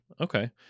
Okay